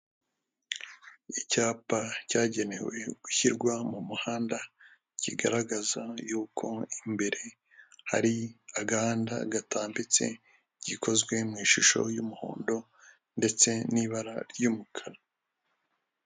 Icyapa cyagenewe gushyirwa mu muhanda, kigaragaza yuko imbere hari agahanda gatambitse, gikozwe mu ishusho y'umuhondo ndetse n'ibara ry'umukara.